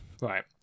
Right